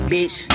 Bitch